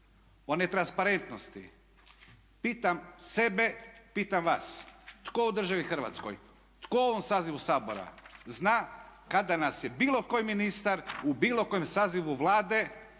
o netransparentnosti, pitam sebe, pitam vas, tko u državi Hrvatskoj, tko u ovom sazivu Sabor zna kada nas je bilo koji ministar u bilo kojem sazivu Vlade